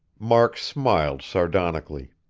mark smiled sardonically.